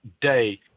day